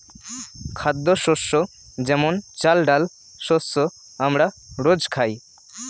খাদ্যশস্য যেমন চাল, ডাল শস্য আমরা রোজ খাই